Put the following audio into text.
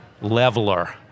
leveler